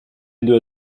due